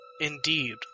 Indeed